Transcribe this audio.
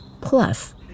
plus